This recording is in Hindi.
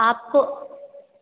आपको